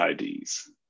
IDs